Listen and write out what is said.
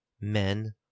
men